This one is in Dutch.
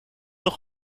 nog